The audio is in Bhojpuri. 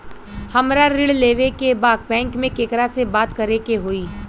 हमरा ऋण लेवे के बा बैंक में केकरा से बात करे के होई?